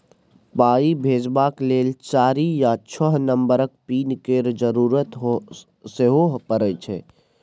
पाइ भेजबाक लेल चारि या छअ नंबरक पिन केर जरुरत सेहो परय छै